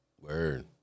Word